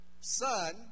Son